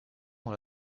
dans